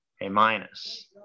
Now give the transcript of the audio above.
A-minus